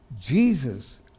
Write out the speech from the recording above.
Jesus